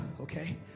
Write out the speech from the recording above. okay